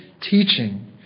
teaching